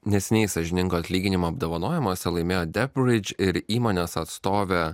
neseniai sąžiningo atlyginimo apdovanojimuose laimėjo depridž ir įmonės atstovė